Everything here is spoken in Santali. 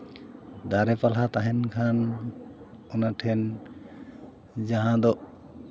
ᱫᱟᱨᱮ ᱯᱟᱞᱦᱟ ᱛᱟᱦᱮᱱ ᱠᱷᱟᱱ ᱚᱱᱟ ᱴᱷᱮᱱ ᱡᱟᱦᱟᱸ ᱫᱚ